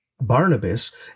Barnabas